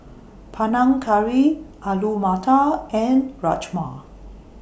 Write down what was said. Panang Curry Alu Matar and Rajma